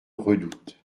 redoute